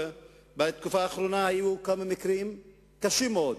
בתקופה האחרונה היו כמה מקרים קשים מאוד,